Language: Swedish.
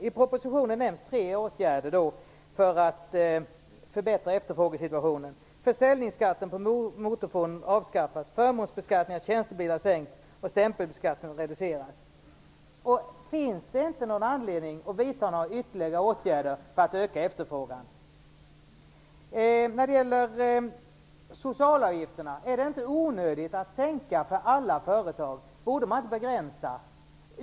I propositionen nämns tre åtgärder för att förbättra efterfrågesituationen: försäljningskatten på motorfordon avskaffas, förmånsbeskattningen av tjänstebilar sänks och stämpelskatten reduceras. Finns det inte någon anledning att vidta några ytterligare åtgärder för att öka efterfrågan? Är det inte onödigt att sänka socialavgifterna för alla företag? Borde man inte begränsa?